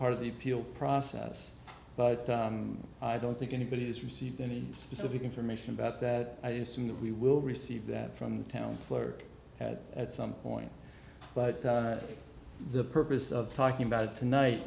part of the appeal process but i don't think anybody has received any specific information about that i assume that we will receive that from the town clerk at some point but the purpose of talking about it tonight